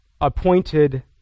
appointed